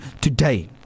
today